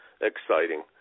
exciting